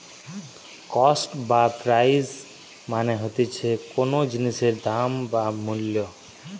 cost বা price মানে হতিছে কোনো জিনিসের দাম বা মূল্য